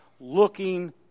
looking